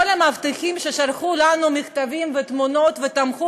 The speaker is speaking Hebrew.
כל המאבטחים ששלחו לנו מכתבים ותמונות ותמכו